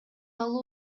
алуу